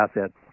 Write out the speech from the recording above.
assets